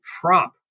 prop